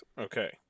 Okay